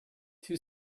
two